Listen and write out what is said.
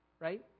right